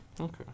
Okay